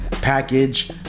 package